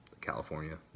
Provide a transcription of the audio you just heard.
california